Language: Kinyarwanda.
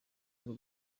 ngo